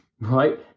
right